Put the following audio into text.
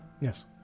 Yes